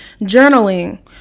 Journaling